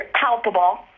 palpable